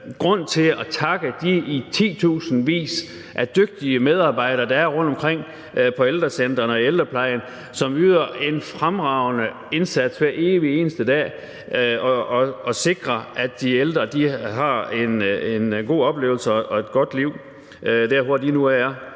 grund til at takke de titusindvis af dygtige medarbejdere, der er rundtomkring på ældrecentrene og i ældreplejen, og som yder en fremragende indsats hver evig eneste dag for at sikre, at de ældre har en god oplevelse og et godt liv der, hvor de nu er.